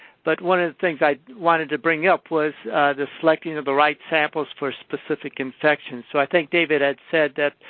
but one of the things i wanted to bring up was the selecting of the right samples for specific infections. so, i think david had said that,